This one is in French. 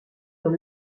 dans